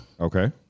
Okay